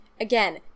again